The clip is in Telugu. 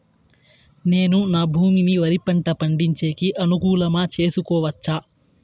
నేను నా భూమిని వరి పంట పండించేకి అనుకూలమా చేసుకోవచ్చా?